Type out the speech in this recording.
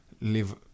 live